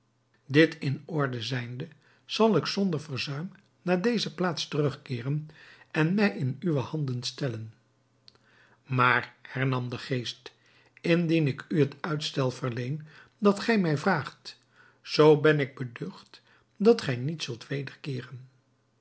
dit in orde zijnde zal ik zonder verzuim naar deze plaats terugkeeren en mij in uwe handen stellen maar hernam de geest indien ik u het uitstel verleen dat gij mij vraagt zoo ben ik beducht dat gij niet zult